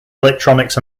electronics